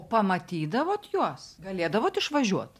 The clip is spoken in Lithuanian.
pamatydavot juos galėdavot išvažiuot